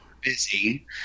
busy